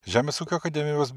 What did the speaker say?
žemės ūkio akademijos